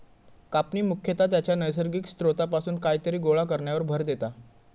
कापणी मुख्यतः त्याच्या नैसर्गिक स्त्रोतापासून कायतरी गोळा करण्यावर भर देता